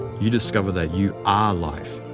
you discover that you are life.